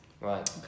Right